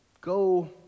Go